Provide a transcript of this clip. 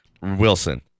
Wilson